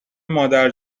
مادر